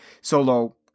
Solo